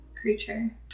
creature